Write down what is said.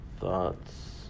Thoughts